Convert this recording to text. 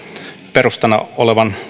perustana olevan